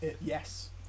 Yes